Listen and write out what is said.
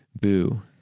Boo